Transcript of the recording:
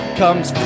comes